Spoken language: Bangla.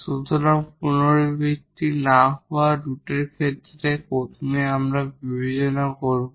সুতরাং রিপিটেড না হওয়া রুটের ক্ষেত্রে প্রথমে আমরা বিবেচনা করব